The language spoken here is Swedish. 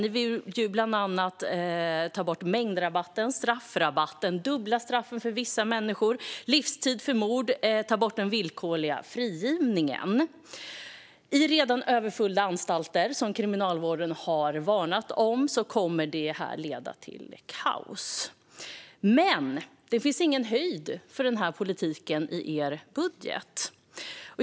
Ni vill bland annat ta bort mängdrabatten och straffrabatten, dubbla straffen för vissa människor, ha livstid för mord och ta bort den villkorliga frigivningen. På redan överfulla anstalter, som Kriminalvården har varnat för, kommer detta att leda till kaos. Det finns ingen höjd för denna politik i er budget.